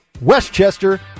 Westchester